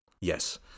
Yes